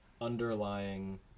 underlying